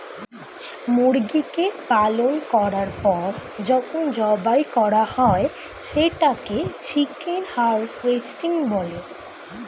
মুরগিকে পালন করার পর যখন জবাই করা হয় সেটাকে চিকেন হারভেস্টিং বলে